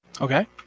Okay